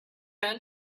then